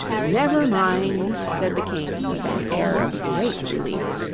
never mind said the king, with an air of great relief.